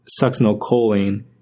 succinylcholine